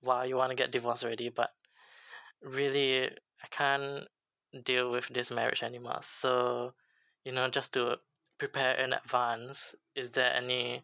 why you want to get divorced already but really it I can't deal with this marriage anymore so you know just to prepare in advance is there any